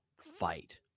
fight